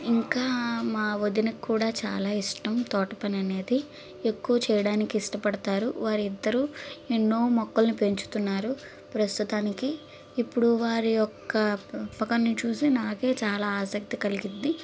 ఇంకా మా వదిన కూడా చాలా ఇష్టం తోట పని అనేది ఎక్కువ చేయడానికి ఇష్టపడతారు వారిద్దరూ ఎన్నో మొక్కలని పెంచుతున్నారు ప్రస్తుతానికి ఇప్పుడు వారి యొక్క పెంపకాన్ని చూసి నాకే చాలా ఆసక్తి కలిగింది